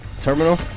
terminal